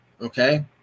Okay